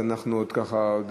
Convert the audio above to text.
אז אנחנו עוד ננסה,